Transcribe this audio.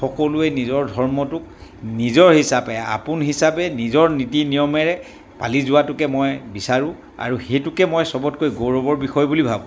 সকলোৱে নিজৰ ধৰ্মটোক নিজৰ হিচাপে আপোন হিচাপে নিজৰ নীতি নিয়মেৰে পালি যোৱাটোকে মই বিচাৰোঁ আৰু সেইটোকে মই চবতকৈ গৌৰৱৰ বিষয় বুলি ভাবোঁ